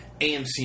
AMC